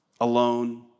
alone